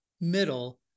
middle